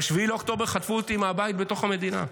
ב-7 באוקטובר חטפו אותי מהבית בתוך המדינה.